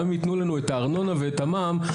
גם אם יתנו לנו את הארנונה ואת המע"מ,